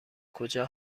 کجا